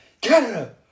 Canada